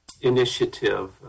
initiative